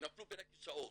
נפלו בין הכיסאות,